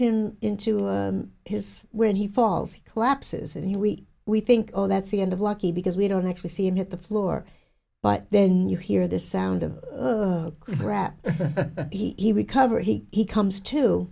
him into his when he falls he collapses and he we we think oh that's the end of lucky because we don't actually see him hit the floor but then you hear the sound of rap he recovered he comes to